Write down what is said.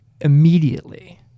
immediately